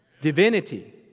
Divinity